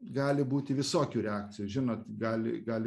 gali būti visokių reakcijų žinot gali gali